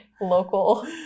local